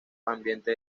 ambiente